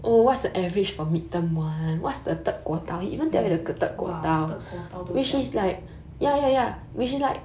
mm !wah! third quartile 都讲